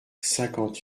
cinquante